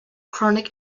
chronic